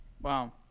Wow